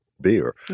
beer